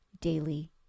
daily